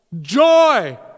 joy